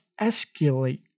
escalate